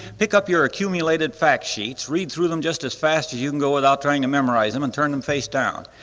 pick up your accumulated fact sheets read through them just as fast as you can go without trying to memorize them and turn them face down,